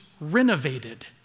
renovated